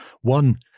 One